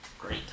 Great